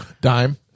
Dime